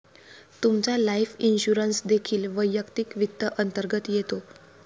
तुमचा life insurance देखील वैयक्तिक वित्त अंतर्गत येतो